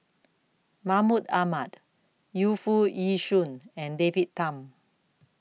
Mahmud Ahmad Yu Foo Yee Shoon and David Tham